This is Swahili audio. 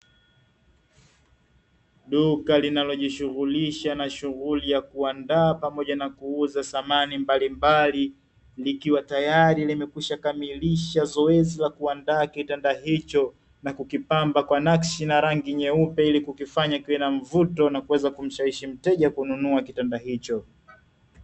Duka linalojishughulisha na shughuli ya kuandaa na pamoja na kuuza samani mbalimbali, likiwa tayari limekwishakamilisha zoezi la kuandaa kitanda hicho na kukipamba kwa nakshi na rangi nyeupe, ili kukifanya kiwe na mvuto na kuweza kumshawishi mteja kununua kitanda hicho.